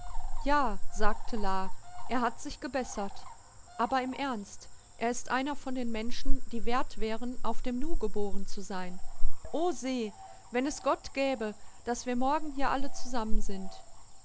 ja sagte la er hat sich gebessert aber im ernst er ist einer von den menschen die wert wären auf dem nu geboren zu sein ose wenn es gott gäbe daß wir morgen hier alle zusammen sind